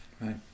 Right